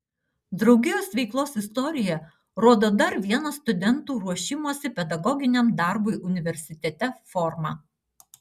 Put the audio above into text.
draugijos veiklos istorija rodo dar vieną studentų ruošimosi pedagoginiam darbui universitete formą